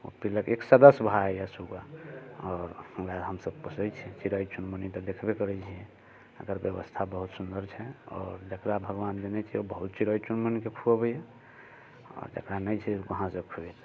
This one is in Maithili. ओ पीलक एक सदस्य भऽ जाइया सुगा आओर ओकरा हमसब पोसैत छी चिड़ै चुनमुनी तऽ देखबे करैत छी एकर व्यवस्था बहुत सुन्दर छै आओर जकरा भगवान देने छै ओ बहुत चिड़ै चुनमुनीके खुअबैया आओर जकरा नहि छै ओ कहाँ से खुअतै